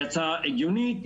היא הצעה הגיונית,